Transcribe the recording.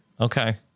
Okay